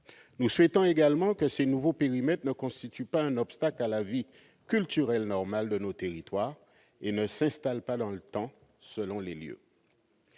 nous souhaitons également que ces nouveaux périmètres ne constitue pas un obstacle à la vie culturelle normal de nos territoires et ne s'installe pas dans le temps selon les lieux,